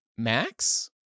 Max